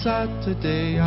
Saturday